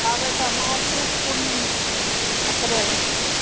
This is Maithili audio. आब अयतै मार्चेके पूर्णिमा नहि अप्रैलक पूर्णिमा